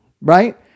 Right